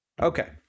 Okay